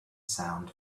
sound